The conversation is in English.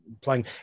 playing